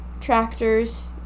tractors